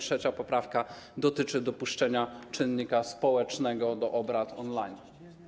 Trzecia poprawka dotyczy dopuszczenia czynnika społecznego do obrad on-line.